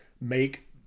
make